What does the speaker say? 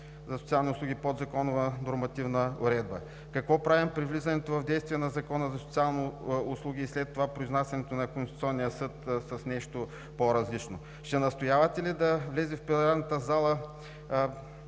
за социалните услуги подзаконова нормативна уредба? Какво правим при влизането в действие на Закона за социалните услуги и след това произнасянето на Конституционния съд с нещо по-различно? Ще настоявате ли да влязат в пленарната зала